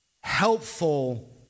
helpful